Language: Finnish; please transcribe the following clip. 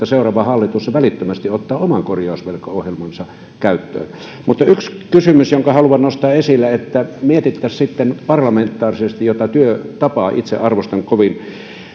seuraava hallitus välittömästi ottaa oman korjausvelkaohjelmansa käyttöön mutta yksi kysymys jonka haluan nostaa esille on että mietittäisiin parlamentaarisesti jota työtapaa itse arvostan kovin